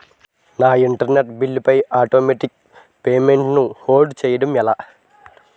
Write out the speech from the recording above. నా internet bill పై automatic payment ను హోల్డ్ చేయటం ఎలా?